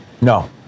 No